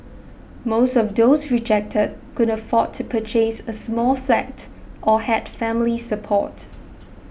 most of those rejected could afford to purchase a small flat or had family support